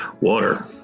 Water